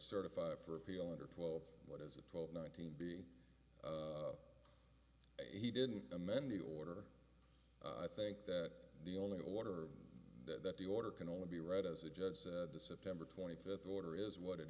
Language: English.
certified for appeal under twelve what is a twelve nineteen b he didn't amended order i think that the only order that the order can only be read as a judge the september twenty fifth order is what it